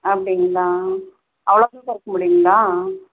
அப்படிங்ளா அவ்வளோ தான் குறைக்க முடியுங்ளா